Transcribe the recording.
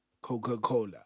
Coca-Cola